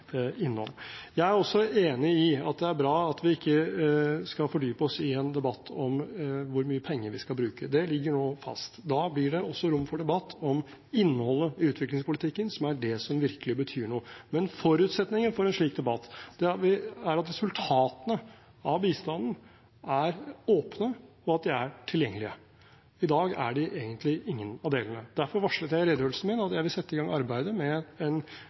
innom. Jeg er også enig i at det er bra at vi ikke skal fordype oss i en debatt om hvor mye penger vi skal bruke. Det ligger nå fast. Da blir det også rom for debatt om innholdet i utviklingspolitikken, som er det som virkelig betyr noe. Men forutsetningen for en slik debatt er at resultatene av bistanden er åpne, og at de er tilgjengelige. I dag er de egentlig ingen av delene. Derfor varslet jeg i redegjørelsen min at jeg vil sette i gang arbeidet med en